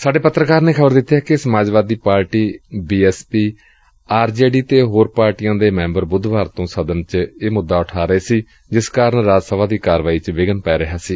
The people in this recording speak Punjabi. ਸਾਡੇ ਪੱਤਰਕਾਰ ਨੇ ਖ਼ਬਰ ਦਿੱਤੀ ਏ ਕਿ Samajwadi party B S P R J D ਅਤ ਹੋਰ ਪਾਰਟੀਆਂ ਦੇ ਮੈਂਬਰ ਬੁੱਧਵਾਰ ਤੋਂ ਸਦਨ ਚ ਇਹ ਮੁੱਦਾ ਉਠਾ ਰਹੇ ਸਨ ਜਿਸ ਕਾਰਨ ਰਾਜ ਸਭਾ ਦੀ ਕਾਰਵਾਈ ਚ ਵਿਘਨ ਪੈ ਰਿਹਾ ਸੀ